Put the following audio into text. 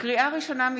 לקריאה ראשונה,